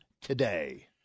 today